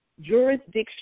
jurisdiction